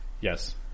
Yes